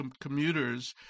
commuters